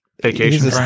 Vacation